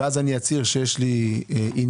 ואז אצהיר שיש לי עניין,